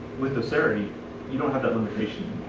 with doceri, you don't have that limitation